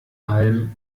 halm